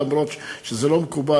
למרות שזה לא מקובל.